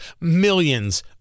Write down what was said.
millions